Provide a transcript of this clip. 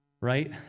right